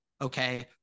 Okay